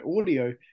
audio